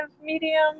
medium